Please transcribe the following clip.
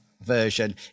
version